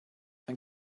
and